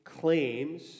claims